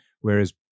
Whereas